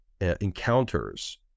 encounters